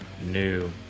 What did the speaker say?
new